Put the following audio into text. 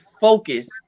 focus